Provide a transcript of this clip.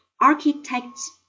architect's